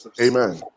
Amen